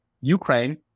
Ukraine